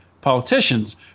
politicians